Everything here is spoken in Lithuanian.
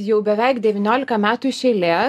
jau beveik devyniolika metų iš eilės